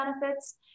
benefits